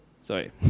sorry